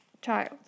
child